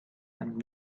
and